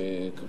תודה רבה,